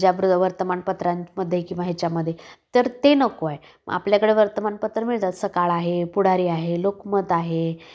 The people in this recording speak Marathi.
ज्या बृ वर्तमानपत्रांमध्ये किंवा ह्याच्यामध्ये तर ते नको आहे आपल्याकडे वर्तमानपत्र मिळतात सकाळ आहे पुढारी आहे लोकमत आहे